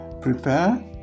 prepare